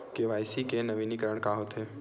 KYC नवीनीकरण का होथे?